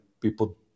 people